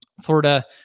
Florida